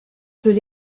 peut